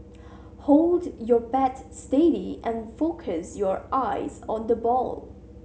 hold your bat steady and focus your eyes on the ball